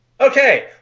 Okay